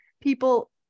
people